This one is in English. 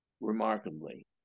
remarkably